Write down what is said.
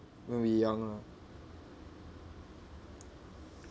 when we're young ah